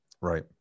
Right